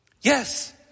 Yes